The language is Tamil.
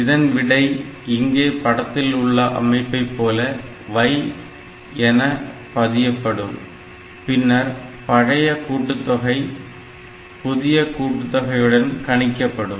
இதன் விடை இங்கே படத்தில் உள்ள அமைப்பை போல் y எனபதியப்படும் பின்னர் பழைய கூட்டுத்தொகை புதிய கூட்டு தொகையுடன் கணிக்கப்படும்